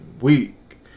week